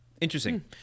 Interesting